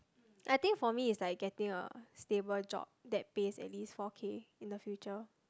I think for me it's like getting a stable job that pays at least four K in the future